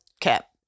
cap